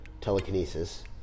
telekinesis